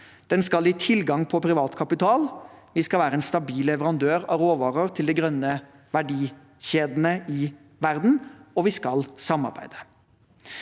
den skal gi tilgang på privat kapital, vi skal være en stabil leverandør av råvarer til de grønne verdikjedene i verden, og vi skal samarbeide.